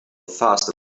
faster